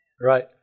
Right